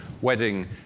wedding